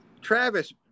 Travis